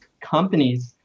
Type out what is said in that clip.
companies